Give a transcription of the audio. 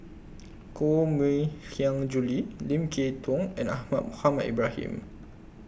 Koh Mui Hiang Julie Lim Kay Tong and Ahmad Mohamed Ibrahim